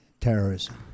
terrorism